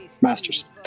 Masters